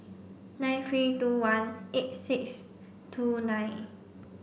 nine three two one eight six two nine